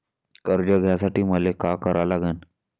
कर्ज घ्यासाठी मले का करा लागन?